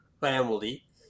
family